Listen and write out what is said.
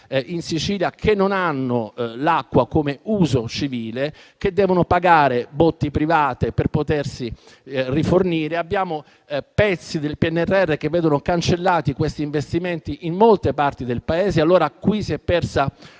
in Sicilia che non hanno l'acqua per uso civile e che devono pagare botti private per potersi rifornire. Abbiamo pezzi del PNRR che vedono cancellati questi investimenti in molte parti del Paese. Qui si è persa